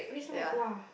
ya